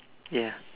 ya